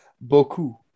beaucoup